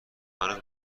هنوز